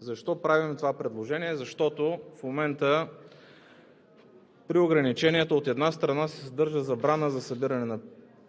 Защо правим това предложение? Защото в момента при ограниченията, от една страна, се съдържа забрана за събиране на